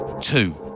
Two